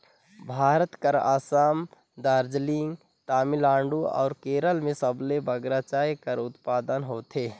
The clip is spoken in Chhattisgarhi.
भारत कर असम, दार्जिलिंग, तमिलनाडु अउ केरल में सबले बगरा चाय कर उत्पादन होथे